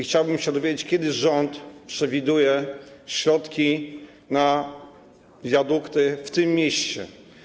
Chciałbym się dowiedzieć, na kiedy rząd przewiduje środki na wiadukty w tym mieście.